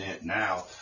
now